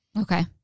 Okay